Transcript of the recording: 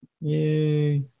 Yay